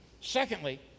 Secondly